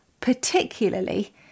particularly